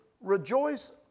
Rejoice